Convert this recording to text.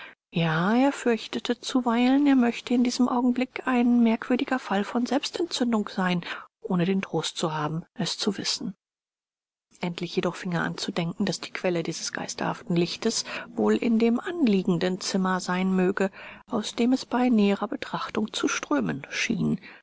ja er fürchtete zuweilen er möchte in diesem augenblick ein merkwürdiger fall von selbstentzündung sein ohne den trost zu haben es zu wissen endlich jedoch fing er an zu denken daß die quelle dieses geisterhaften lichtes wohl in dem anliegenden zimmer sein möge aus dem es bei näherer betrachtung zu strömen schien